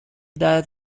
died